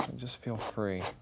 and just feel free.